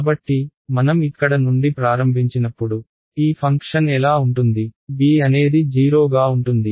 కాబట్టి మనం ఇక్కడ నుండి ప్రారంభించినప్పుడు ఈ ఫంక్షన్ ఎలా ఉంటుంది b అనేది 0 గా ఉంటుంది